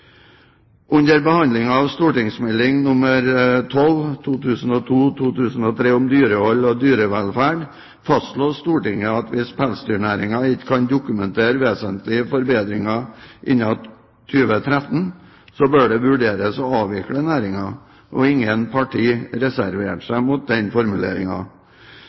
Under behandlingen av St.meld. nr. 12 for 2002–2003, Om dyrehold og dyrevelferd fastslo Stortinget at hvis pelsdyrnæringen ikke kan dokumentere vesentlige forbedringer innen 2013, bør det vurderes å avvikle næringen. Ingen partier reserverte seg mot